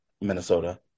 Minnesota